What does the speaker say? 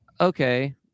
okay